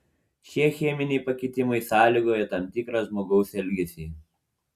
šie cheminiai pakitimai sąlygoja tam tikrą žmogaus elgesį